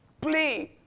Please